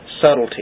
subtlety